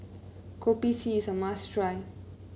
Kopi C is a must try